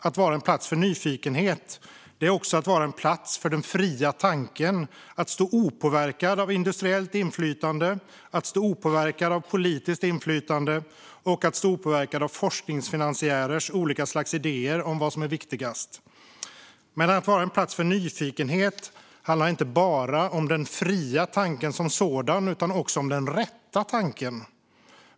Att vara en plats för nyfikenhet är också att vara en plats för den fria tanken, att stå opåverkad av industriellt inflytande, att stå opåverkad av politiskt inflytande och att stå opåverkad av forskningsfinansiärers olika slags idéer om vad som är viktigast. Men att vara en plats för nyfikenhet handlar inte bara om den fria tanken som sådan utan också om den rätta tanken.